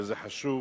וזה חשוב.